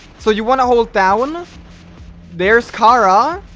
so you want to hold down there's cara,